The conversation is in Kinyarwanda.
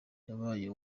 yabaye